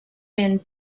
been